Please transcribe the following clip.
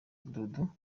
dudu